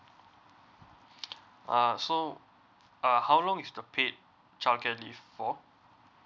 uh so uh how long is the paid childcare leave for